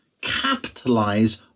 capitalize